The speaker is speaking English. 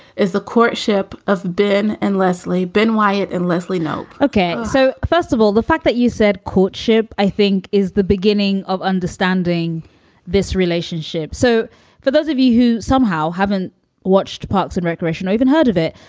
is the courtship of ben and leslie, ben wyatt and leslie knope. okay so first of all, the fact that you said courtship, i think is the beginning of understanding this relationship. so for those of you who somehow haven't watched parks and recreation or even heard of it,